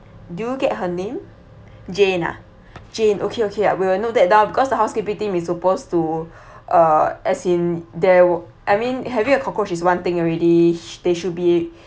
do you get her name jane ah jane okay okay we will know that down because the housekeeping team is supposed to uh as in they wi~ I mean having a cockroach is one thing already sh~ they should be